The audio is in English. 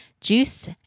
juice